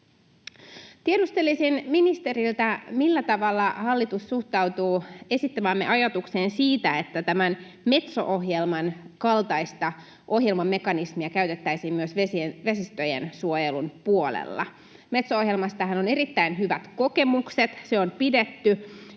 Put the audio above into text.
Tiedustelisin ministeriltä: millä tavalla hallitus suhtautuu esittämäämme ajatukseen siitä, että Metso-ohjelman kaltaista ohjelmamekanismia käytettäisiin myös vesistöjen suojelun puolella? Metso-ohjelmastahan on erittäin hyvät kokemukset — se on pidetty,